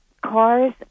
Cars